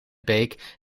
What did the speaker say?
beek